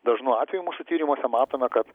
dažnu atveju mūsų tyrimuose matome kad